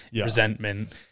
resentment